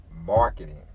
marketing